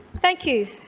thank you,